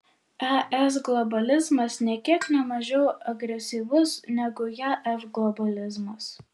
es globalizmas nė kiek ne mažiau agresyvus negu jav globalizmas